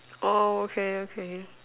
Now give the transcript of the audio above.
oh okay okay